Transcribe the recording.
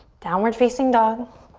downward facing dog.